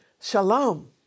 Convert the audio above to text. Shalom